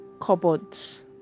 cupboards